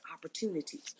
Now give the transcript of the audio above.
opportunities